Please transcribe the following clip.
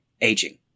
aging